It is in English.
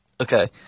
Okay